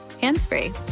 hands-free